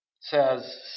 says